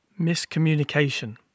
Miscommunication